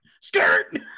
Skirt